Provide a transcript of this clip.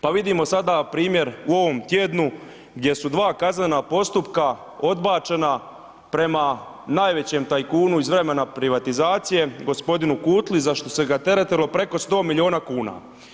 Pa vidimo sada primjer u ovom tjednu gdje su dva kaznena postupka odbačena prema najvećem tajkunu iz vremena privatizacije gospodinu Kutli za što ga se teretilo preko 100 miliona kuna.